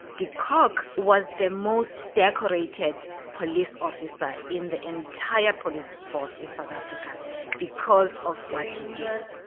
de kock was the most decorated police officer in the entire police force in south africa because of what he did.